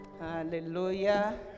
Hallelujah